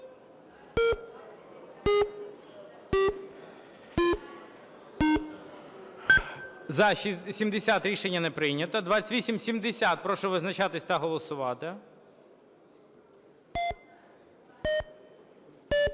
За-70 Рішення не прийнято. 2870. Прошу визначатись та голосувати. 13:37:10 За-66 Рішення не прийнято.